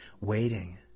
waiting